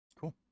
Cool